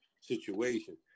situation